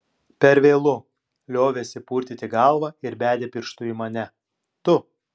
per vėlu liovėsi purtyti galvą ir bedė pirštu į mane tu